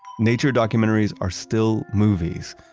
nature documentaries are still movies,